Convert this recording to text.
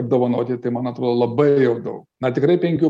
apdovanoti tai man atrodo labai jau daug na tikrai penkių